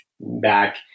back